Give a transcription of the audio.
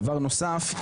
דבר נוסף,